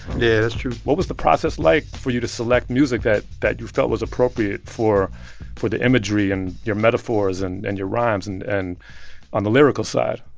yeah, that's true what was the process like for you to select music that that you felt was appropriate for for the imagery and your metaphors and and your rhymes and and on the lyrical side?